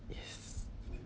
yes